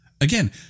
Again